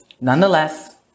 Nonetheless